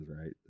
right